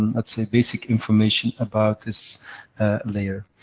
let's say, basic information about this layer.